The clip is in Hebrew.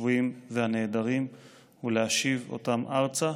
השבויים והנעדרים ולהשיב אותם ארצה,